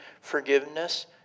forgiveness